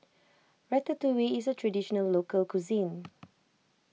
Ratatouille is a Traditional Local Cuisine